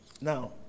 Now